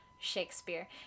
Shakespeare